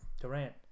Durant